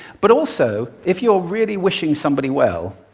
but also, if you're really wishing somebody well,